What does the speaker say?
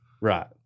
Right